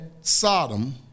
Sodom